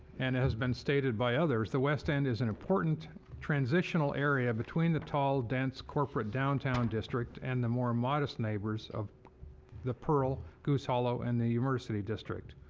and has been stated by others the west end is an important transitional area between the tall, dense corporate downtown district and the more modest neighbors of the pearl, goose hollow and the inner city district.